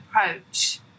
approach